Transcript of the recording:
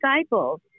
disciples